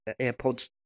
AirPods